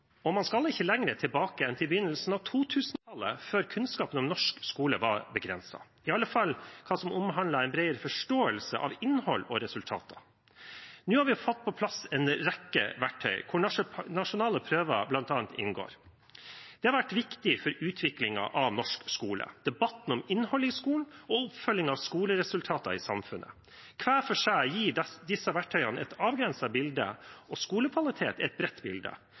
og man skal ikke lenger tilbake enn til begynnelsen av 2000-tallet før kunnskapen om norsk skole var begrenset, i alle fall hva som omhandlet en bredere forståelse av innhold og resultater. Nå har vi fått på plass en rekke verktøy, hvor nasjonale prøver bl.a. inngår. Det har vært viktig for utviklingen av norsk skole, debatten om innholdet i skolen og oppfølgingen av skoleresultater i samfunnet. Hver for seg gir disse verktøyene et avgrenset bilde og skolekvalitet et bredt bilde,